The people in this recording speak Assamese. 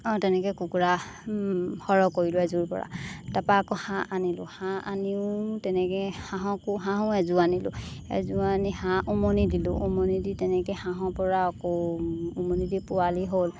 অঁ তেনেকৈ কুকুৰা সৰহ কৰিলোঁ এযোৰ পৰা তাৰপৰা আকৌ হাঁহ আনিলোঁ হাঁহ আনিও তেনেকৈ হাঁহকো হাঁহো এযোৰ আনিলোঁ এযোৰ আনি হাঁহ উমনি দিলোঁ উমনি দি তেনেকৈ হাঁহৰ পৰা আকৌ উমনি দি পোৱালি হ'ল